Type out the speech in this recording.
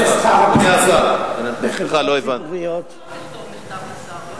מה זאת אומרת לכתוב מכתב לשר?